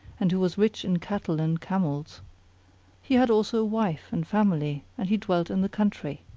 and who was rich in cattle and camels he had also wife and family and he dwelt in the country,